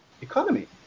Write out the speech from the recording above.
economy